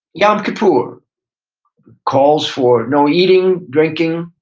yom kippur calls for no eating, drinking,